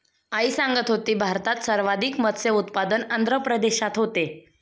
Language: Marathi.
आई सांगत होती, भारतात सर्वाधिक मत्स्य उत्पादन आंध्र प्रदेशात होते